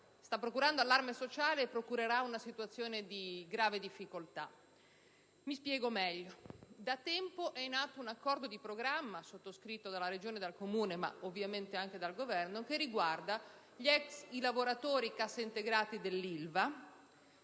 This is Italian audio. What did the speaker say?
sta procurando allarme sociale e produrrà una situazione di grave difficoltà. Mi spiego meglio. Da tempo è in atto un accordo di programma, sottoscritto dalla Regione e dal Comune, ma ovviamente anche dal Governo, che riguarda i lavoratori cassaintegrati dell'ILVA.